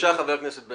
אני